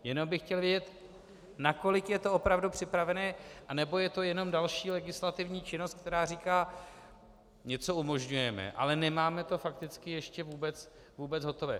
Jenom bych chtěl vědět, nakolik je to opravdu připravené, nebo je to jenom další legislativní činnost, která říká: něco umožňujeme, ale nemáme to fakticky ještě vůbec hotové.